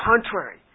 contrary